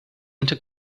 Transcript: into